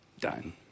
done